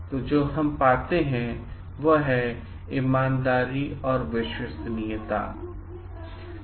तो जो हम पाते हैं वह ईमानदारी और विश्वसनीयताहो सकती है